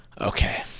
Okay